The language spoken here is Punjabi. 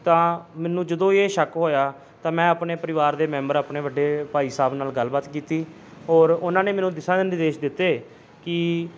ਤਾਂ ਮੈਨੂੰ ਜਦੋਂ ਇਹ ਸ਼ੱਕ ਹੋਇਆ ਤਾਂ ਮੈਂ ਆਪਣੇ ਪਰਿਵਾਰ ਦੇ ਮੈਂਬਰ ਆਪਣੇ ਵੱਡੇ ਭਾਈ ਸਾਹਿਬ ਨਾਲ ਗੱਲਬਾਤ ਕੀਤੀ ਔਰ ਉਹਨਾਂ ਨੇ ਮੈਨੂੰ ਦਿਸ਼ਾ ਨਿਰਦੇਸ਼ ਦਿੱਤੇ ਕਿ